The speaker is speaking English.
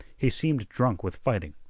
he seemed drunk with fighting.